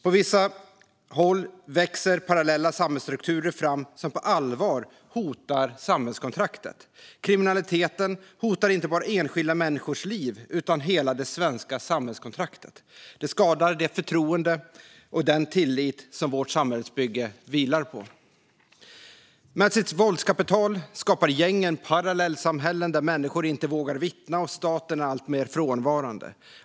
På vissa håll växer parallella samhällsstrukturer fram som på allvar hotar samhällskontraktet. Kriminaliteten hotar alltså inte bara enskilda människors liv utan hela det svenska samhällskontraktet. Det skadar det förtroende och den tillit som vårt samhällsbygge vilar på. Med sitt våldskapital skapar gängen parallellsamhällen där människor inte vågar vittna och staten är alltmer frånvarande.